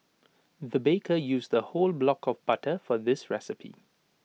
the baker used A whole block of butter for this recipe